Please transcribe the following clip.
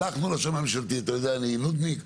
אתה יודע אני נודניק,